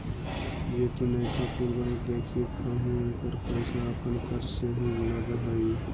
जे तु नयका पुल बनित देखित हहूँ एकर पईसा अपन कर से ही लग हई